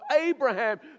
Abraham